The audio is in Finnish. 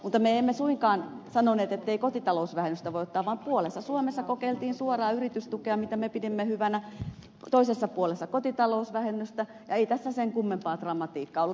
mutta me emme suinkaan sanoneet ettei kotitalousvähennystä voi ottaa vaan puolessa suomessa kokeiltiin suoraa yritystukea mitä me pidimme hyvänä toisessa puolessa kotitalousvähennystä ei tässä sen kummempaa dramatiikkaa ollut